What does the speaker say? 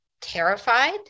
terrified